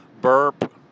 burp